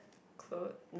clothes